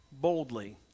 boldly